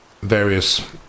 various